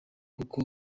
kuko